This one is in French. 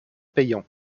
payants